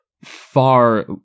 far